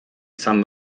izan